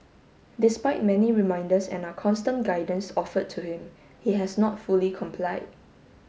despite many reminders and our constant guidance offered to him he has not fully complied